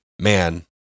man